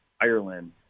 Ireland